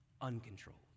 uncontrolled